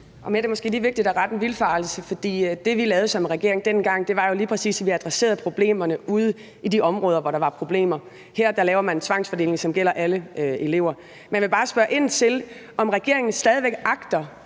Det er måske vigtigt lige at rette en vildfarelse, for det, vi lavede som regering dengang, var jo lige præcis, at vi adresserede problemerne ude i de områder, hvor der var problemer. Her laver man en tvangsfordeling, som gælder alle elever. Men jeg vil bare spørge ind til, om regeringen stadig væk agter